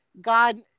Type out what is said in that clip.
god